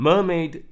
Mermaid